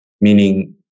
meaning